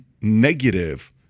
negative